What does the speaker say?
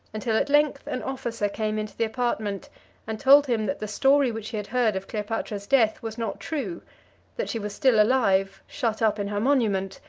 until, at length, an officer came into the apartment and told him that the story which he had heard of cleopatra's death was not true that she was still alive, shut up in her monument,